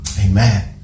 amen